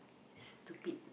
is stupid